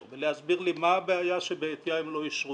ראינו את ההערה, אנחנו לא מקבלים